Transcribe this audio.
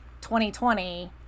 2020